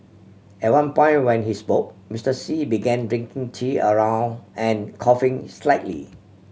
at one point when he spoke Mister Xi began drinking tea around and coughing slightly